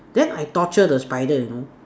then I torture the spider you know